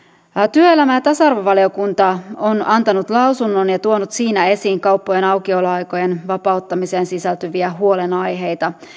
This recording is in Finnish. työelämä ja tasa arvovaliokunta on antanut lausunnon ja tuonut siinä esiin kauppojen aukioloaikojen vapauttamiseen sisältyviä huolenaiheita